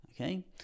Okay